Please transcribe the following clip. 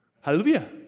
Hallelujah